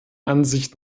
ansicht